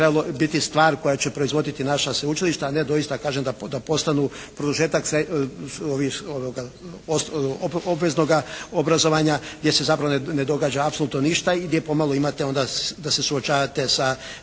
trebalo biti stvar koja će proizvoditi naša sveučilišta, a ne doista kažem da postanu produžetak obveznoga obrazovanja gdje se zapravo ne događa apsolutno ništa i gdje pomalo imate onda da se suočavate sa